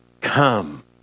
come